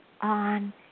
on